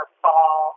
fall